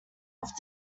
off